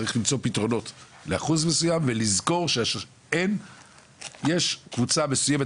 חייב למצוא פתרונות לאחוז מסוים ולזכור שבסוף יש קבוצה מרוחקת